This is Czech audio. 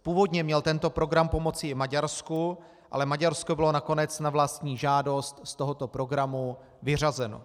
Původně měl tento program pomoci i Maďarsku, ale Maďarsko bylo nakonec na vlastní žádost z tohoto programu vyřazeno.